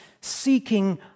seeking